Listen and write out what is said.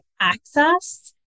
access